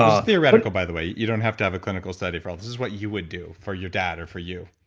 theoretical by the way, you don't have to have a clinical study for all, this is what you would do for your dad or for you.